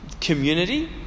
community